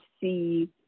see